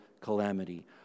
calamity